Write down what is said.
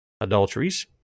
adulteries